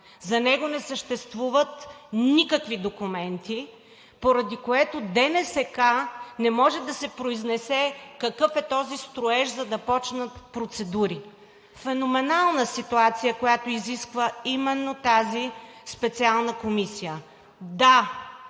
за него не съществуват никакви документи, поради което ДНСК не може да се произнесе какъв е този строеж, за да започнат процедури. Феноменална ситуация, която изисква именно тази специална комисия. Да,